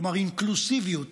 כלומר אינקלוסיביות,